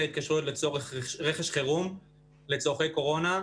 התקשרויות לצורך רכש חירום לצורכי קורונה,